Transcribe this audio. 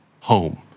home